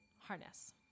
harness